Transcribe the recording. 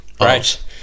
Right